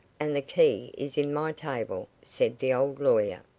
and the key is in my table, said the old lawyer,